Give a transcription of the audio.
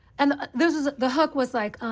and this was the hook was like